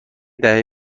دهه